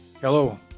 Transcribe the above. Hello